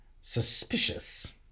suspicious